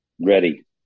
Ready